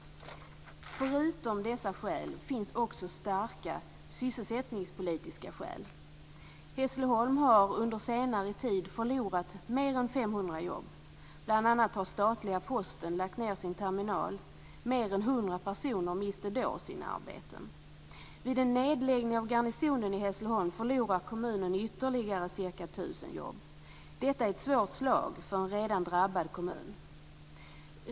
Förutom dessa skäl finns det också starka sysselsättningspolitiska skäl. Hässleholm har under senare tid förlorat mer än 500 jobb. Bl.a. har statliga Posten lagt ned sin terminal. Mer än 100 personer miste då sina arbeten. Vid en nedläggning av garnisonen i jobb. Detta är ett svårt slag för en redan drabbad kommun.